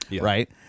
right